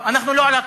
איפה אתה על הקטר?